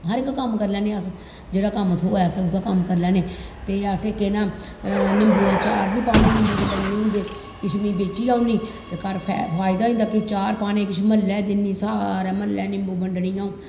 हर इक कम्म करी लैन्ने अस जेह्ड़ा कम्म थ्होऐ अस उऐ कम्म करी लैन्ने ते असें केह् नां निम्बु दा चार बी पान्ने जिसलै निम्बु इन्ने होंदे किश में बेच्ची औन्नी ते घर फैदा होई जंदा चार पान्नी किश म्हल्लै दिन्नी सारे म्हल्लै निम्बु बंडनी अ'ऊं